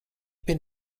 bin